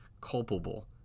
culpable